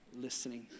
listening